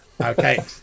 Okay